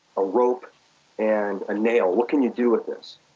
a rope and a nail. what can you do with this?